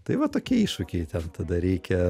tai va tokie iššūkiai ten tada reikia reikia